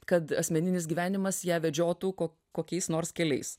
kad asmeninis gyvenimas ją vedžiotų ko kokiais nors keliais